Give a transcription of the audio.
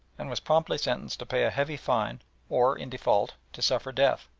and was promptly sentenced to pay a heavy fine or, in default, to suffer death.